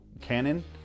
canon